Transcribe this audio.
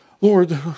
Lord